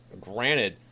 granted